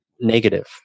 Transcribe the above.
negative